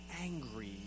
angry